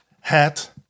hat